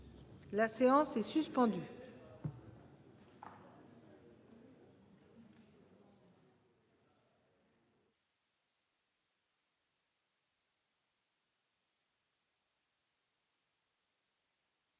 La séance est suspendue.